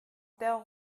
der